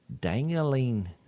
dangling